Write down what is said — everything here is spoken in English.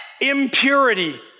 Impurity